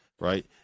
right